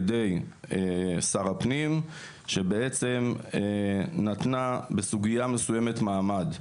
שר הפנים שבעצם נתנה בסוגיה מסויימת מעמד.